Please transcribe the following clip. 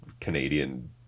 Canadian